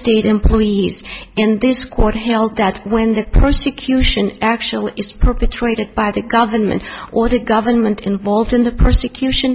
state employees in this court held that when the persecution actual is perpetrated by the government or the government involved in the persecution